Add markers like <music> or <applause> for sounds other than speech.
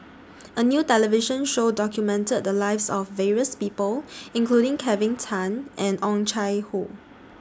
A New television Show documented The Lives of various People <noise> including Kelvin Tan and Oh Chai Hoo